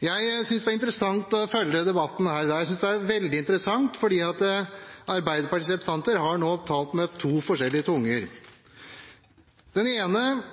Jeg synes det er interessant å følge debatten her i dag. Jeg synes det er veldig interessant fordi Arbeiderpartiets representanter har talt med to tunger. Den ene